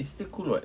it's still cool [what]